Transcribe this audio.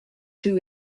two